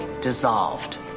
dissolved